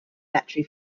battery